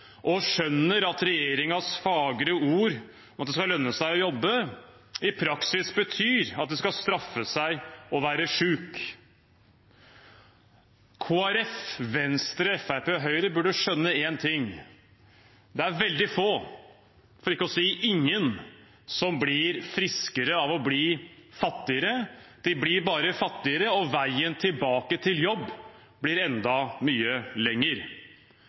og skjønner at regjeringens fagre ord om at det skal lønne seg å jobbe, i praksis betyr at det skal straffe seg å være syk. Kristelig Folkeparti, Venstre, Fremskrittspartiet og Høyre burde skjønne én ting: Det er veldig få – for ikke å si ingen – som blir friskere av å bli fattigere. De blir bare fattigere, og veien tilbake til jobb blir enda mye lenger.